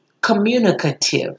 communicative